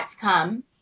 come